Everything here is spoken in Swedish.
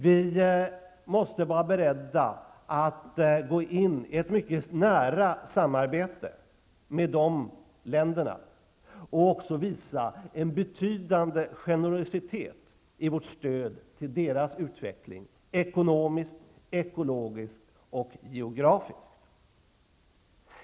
Vi måste vara beredda att gå in i ett nära samarbete med de länderna och även visa en betydande generositet i vårt stöd till deras utveckling -- ekonomiskt, ekologiskt och geografiskt.